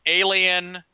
Alien